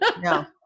No